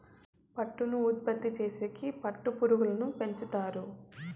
పట్టును ఉత్పత్తి చేసేకి పట్టు పురుగులను పెంచుతారు